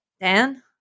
dan